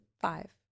five